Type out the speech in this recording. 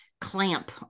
clamp